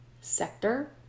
sector